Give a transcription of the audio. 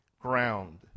ground